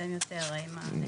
שהם יותר מתעסקים בזה.